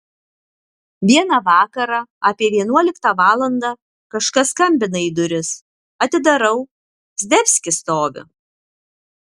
vieną vakarą apie vienuoliktą valandą kažkas skambina į duris atidarau zdebskis stovi